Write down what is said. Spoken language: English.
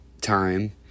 time